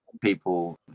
people